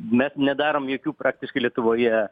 mes nedarom jokių praktiškai lietuvoje